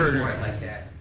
for quite like that.